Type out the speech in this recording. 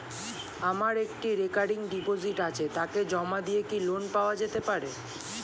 আমার একটি recurring deposit আছে তাকে জমা দিয়ে কি লোন পাওয়া যেতে পারে?